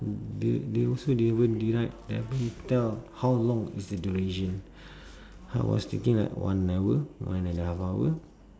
they they also didn't even deny haven't tell how long is the duration I was thinking like one hour one and a half hour